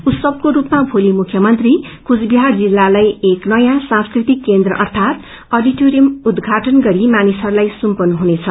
उत्साको रूपमा मोलि मुख्यमंत्री कुचविहार जिल्लालाई एक नयाँ सांस्कृतिक केन्द्र अर्थात अडिटोरियम उद्देघाटन गरी मानिसहस्लाई सुम्पन् हुनेछ